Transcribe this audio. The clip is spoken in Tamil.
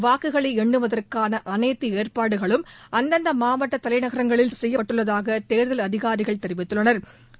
வாக்குகளை எண்ணுவதற்கான அனைத்து ஏற்பாடுகளும் அந்தந்த மாவட்ட தலைநகரங்களில் செய்யப்பட்டுள்ளதாக தேர்தல் அதிகாரிகள் தெரிவித்துள்ளனா்